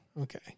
Okay